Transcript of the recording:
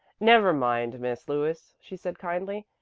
never mind, miss lewis, she said kindly.